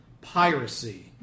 piracy